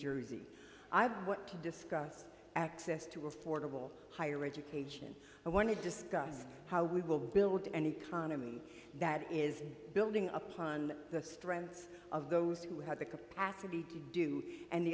jersey i but to discuss access to affordable higher education i want to discuss how we will build an economy that is building upon the strengths of those who have the capacity to do and the